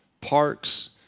parks